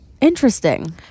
Interesting